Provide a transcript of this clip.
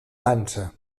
dansa